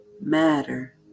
matter